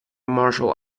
martial